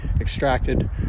extracted